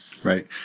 Right